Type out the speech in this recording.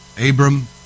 Abram